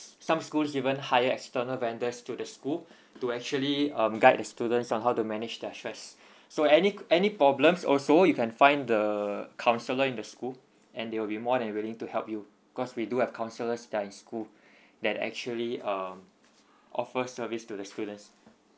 some schools even hire external vendors to the school to actually um guide the student on how to manage their stress so any any problems also you can find the counselor in the school and they will be more than willing to help you cause we do have counsellors that in school that actually um offer service to the students